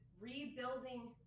Rebuilding